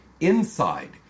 INSIDE